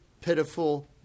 pitiful